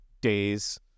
days